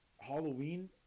Halloween